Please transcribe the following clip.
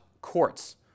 courts